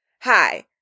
Hi